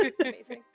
Amazing